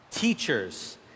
Teachers